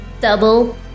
double